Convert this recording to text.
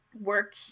work